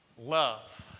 Love